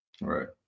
Right